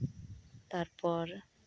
ᱛᱟᱨᱯᱚᱨ